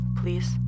please